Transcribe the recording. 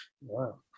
Wow